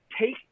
take